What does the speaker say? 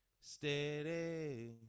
steady